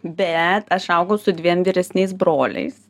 bet aš augau su dviem vyresniais broliais